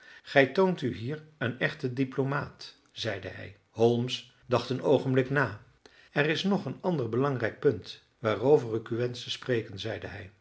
gij toont u hier een echte diplomaat zeide hij holmes dacht een oogenblik na er is nog een ander belangrijk punt waarover ik u wensch te spreken zeide hij